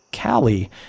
Callie